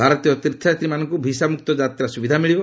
ଭାରତୀୟ ତୀର୍ଥଯାତ୍ରୀମାନଙ୍କୁ ଭିସାମୁକ୍ତ ଯାତ୍ରା ସୁବିଧା ମିଳିବ